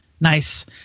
Nice